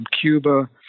Cuba